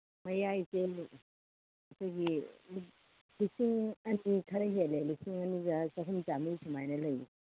ꯃꯌꯥꯏꯁꯦ ꯑꯩꯈꯣꯏꯒꯤ ꯂꯤꯁꯤꯡ ꯑꯅꯤ ꯈꯔ ꯍꯦꯜꯂꯦ ꯂꯤꯁꯤꯡ ꯑꯅꯤꯒ ꯆꯍꯨꯝ ꯆꯥꯝꯔꯤ ꯁꯨꯃꯥꯏꯅ ꯂꯩꯌꯦ